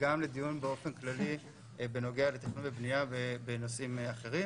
וגם לדיון באופן כללי בנוגע לתכנון ובנייה בנושאים אחרים.